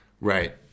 Right